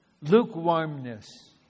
lukewarmness